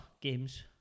games